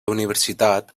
universitat